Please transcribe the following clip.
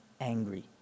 angry